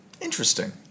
Interesting